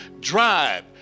drive